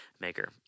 maker